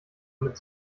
mit